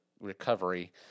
recovery